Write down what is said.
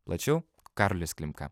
plačiau karolis klimka